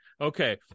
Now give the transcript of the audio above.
Okay